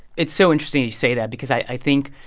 it's so interesting you say that because i think,